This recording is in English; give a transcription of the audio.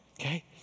Okay